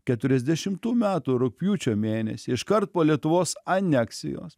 keturiasdešimtų metų rugpjūčio mėnesį iškart po lietuvos aneksijos